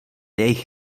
jejich